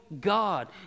God